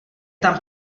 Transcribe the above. tam